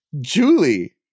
Julie